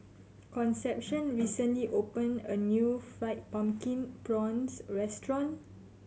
Concepcion recently opened a new Fried Pumpkin Prawns restaurant